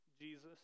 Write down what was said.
Jesus